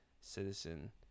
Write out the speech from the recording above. citizen